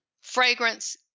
Fragrance